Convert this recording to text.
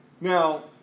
now